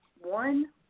one